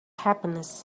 happiness